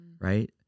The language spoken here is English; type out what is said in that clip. right